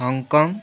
Hong Kong